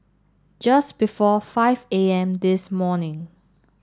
just before five A M this morning